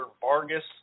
Vargas